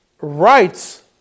rights